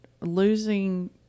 losing